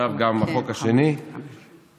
ועכשיו גם החוק השני יתקבל.